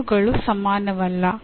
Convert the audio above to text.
ಇವುಗಳು ಸಮಾನವಲ್ಲ